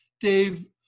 Dave